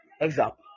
example